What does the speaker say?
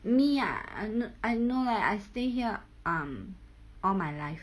me ah I n~ I no leh I stay here um all my life